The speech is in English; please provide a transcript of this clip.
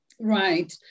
Right